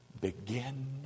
begin